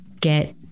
get